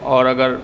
اور اگر